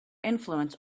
influence